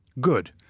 Good